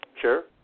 Sure